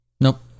Nope